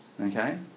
okay